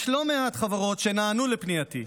יש לא מעט חברות שנענו לפנייתי.